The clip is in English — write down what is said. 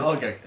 Okay